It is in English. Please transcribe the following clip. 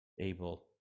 able